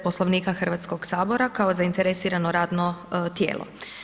Poslovnika Hrvatskog sabora kao zainteresirano radno tijelo.